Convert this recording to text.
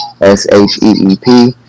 S-H-E-E-P